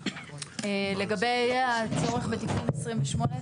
לגבי הצורך בתיקון 28,